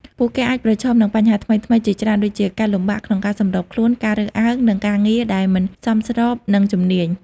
ពួកគេអាចប្រឈមនឹងបញ្ហាថ្មីៗជាច្រើន ដូចជាការលំបាកក្នុងការសម្របខ្លួន ការរើសអើង និងការងារដែលមិនសមស្របនឹងជំនាញ។